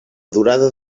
durada